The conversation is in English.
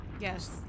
Yes